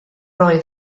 oedd